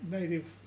Native